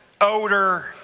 odor